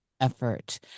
effort